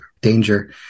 danger